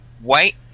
white